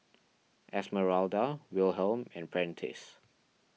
Esmeralda Wilhelm and Prentice